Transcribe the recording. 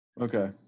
okay